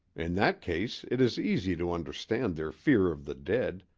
in that case it is easy to understand their fear of the dead,